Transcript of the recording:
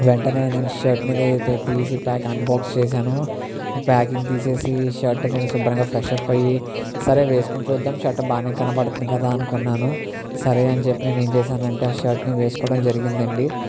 వెంటనే నేను షర్ట్ని ఏదైతే తీసి ప్యాక్ అన్బాక్స్ చేశాను ప్యాకింగ్ తీసి షర్ట్ నేను శుభ్రంగా ఫ్రెష్అప్ అయ్యి సరే వేసుకుని చూద్దాం షర్టు బాగా కనపడుతుంది కదా అనుకున్నాను సరే అని చెప్పి నేను ఏం చేశాను అంటే ఆ షర్ట్ని వేసుకోవడం జరిగిందండి